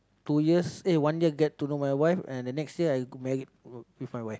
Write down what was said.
two years eh one year gap to know my wife and the next year I go married with my wife